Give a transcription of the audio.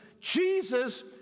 Jesus